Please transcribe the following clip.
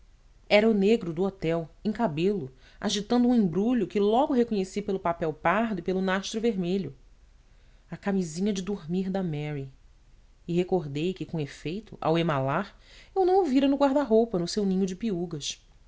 era o negro do hotel em cabelo agitando um embrulho que logo reconheci pelo papel pardo e pelo nastro vermelho a camisinha de dormir da mary e recordei que com efeito ao emalar eu não o vira no guarda roupa no seu ninho de peúgas